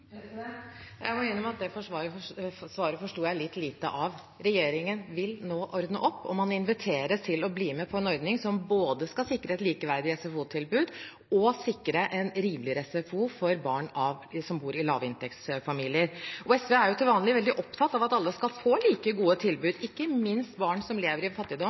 Jeg må innrømme at det svaret forsto jeg litt lite av. Regjeringen vil nå ordne opp, og man inviterer til å bli med på en ordning som skal sikre både et likeverdig SFO-tilbud og rimeligere SFO for barn i lavinntektsfamilier. SV er til vanlig veldig opptatt av at alle skal få like gode tilbud, ikke minst barn som lever i fattigdom